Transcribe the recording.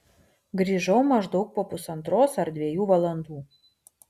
grįžau maždaug po pusantros ar dviejų valandų